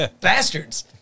bastards